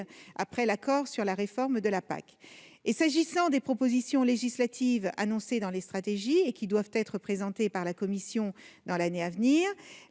après l'accord sur la réforme de la PAC. Les propositions législatives annoncées dans les stratégies doivent être présentées par la Commission dans l'année à venir.